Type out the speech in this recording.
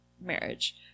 marriage